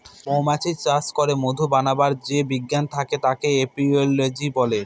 মৌমাছি চাষ করে মধু বানাবার যে বিজ্ঞান থাকে তাকে এপিওলোজি বলে